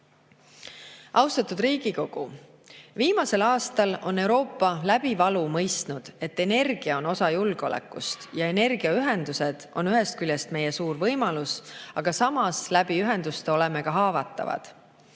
Riigikogu! Viimasel aastal on Euroopa läbi valu mõistnud, et energia on osa julgeolekust ja et energiaühendused on ühest küljest meie suur võimalus, aga samas ühenduste kaudu oleme ka haavatavad.